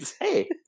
Hey